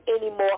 anymore